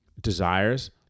desires